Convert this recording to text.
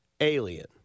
alien